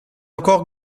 encore